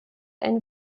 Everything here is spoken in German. ein